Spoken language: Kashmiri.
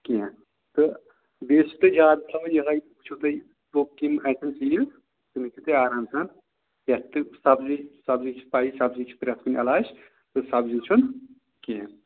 کیٚنہہ تہٕ بیٚیہِ زیادٕ ترٛاوان یِہوٚے وٕچھُو تُہۍ تِم ہیٚکِو تُہۍ آرام سان کھٮ۪تھ تہٕ سَبزی سبزی چھِ پَیی سَبزی چھِ پرٛٮ۪تھ کُنہِ علاج تہٕ سَبزی چھُنہٕ کیٚنہہ